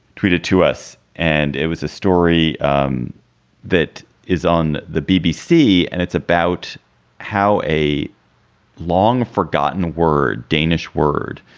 tweet it to us. and it was a story um that is on the bbc and it's about how a long forgotten word, danish word,